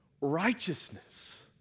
righteousness